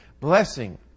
Blessing